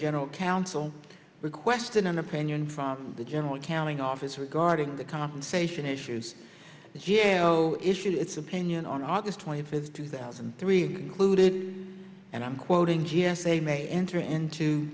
general counsel requested an opinion from the general accounting office regarding the compensation issues issued its opinion on august twenty fifth two thousand and three clued in and i'm quoting g s a may enter into